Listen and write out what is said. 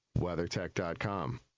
WeatherTech.com